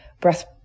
Breath